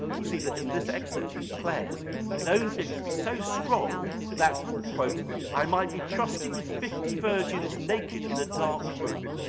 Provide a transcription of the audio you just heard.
you'll see that in this excerpt he declares his own feelings be so strong that, i might be trusted with fifty virgins naked in a dark room.